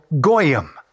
Goyim